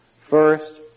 First